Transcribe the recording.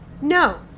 No